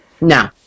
No